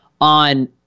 on